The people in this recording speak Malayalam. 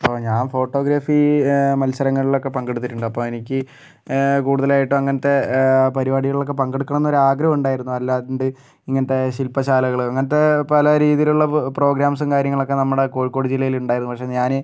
ഇപ്പം ഞാൻ ഫോട്ടോഗ്രാഫി മത്സരങ്ങളിലൊക്കെ പങ്കെടുത്തിട്ടുണ്ട് അപ്പം എനിക്ക് കൂടുതലായിട്ടോ അങ്ങനത്തെ പരിപാടികളിലൊക്കെ പങ്കെടുക്കണമെന്ന് ഒരാഗ്രഹം ഉണ്ടായിരുന്നു അല്ലാണ്ട് ഇങ്ങനത്തെ ശില്പശാലകള് അങ്ങൻത്തെ പല രീതിയിലുള്ള പ്രോഗ്രാംസും കാര്യങ്ങളുമൊക്കെ നമ്മുടെ കോഴിക്കോട് ജില്ലയിലുണ്ടായിരുന്നു പക്ഷേ ഞാന്